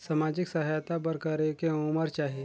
समाजिक सहायता बर करेके उमर चाही?